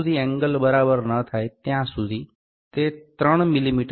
જ્યાં સુધી એંગલ બરાબર ન થાય ત્યાં સુધી તે 3 મી